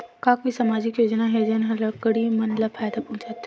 का कोई समाजिक योजना हे, जेन हा लड़की मन ला फायदा पहुंचाथे?